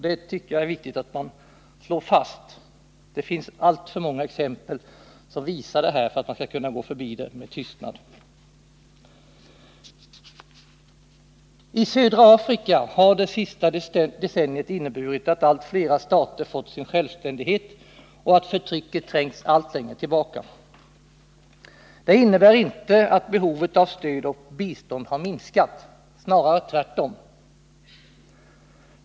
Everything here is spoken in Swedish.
Det tycker jag är viktigt att man slår fast. Det finns alltför många exempel på detta för att man skall kunna förbigå det med tystnad. I södra Afrika har det gångna decenniet inneburit att allt flera stater fått sin självständighet och att förtrycket trängts allt längre tillbaka. Det innebär inte att behovet av stöd och bistånd har minskat, snarare tvärtom.